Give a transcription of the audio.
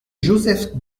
joseph